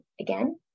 again